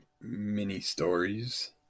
mini-stories